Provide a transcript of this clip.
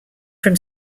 from